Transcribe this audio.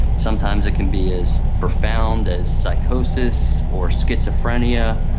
sometimes it can be as profound as psychosis or schizophrenia,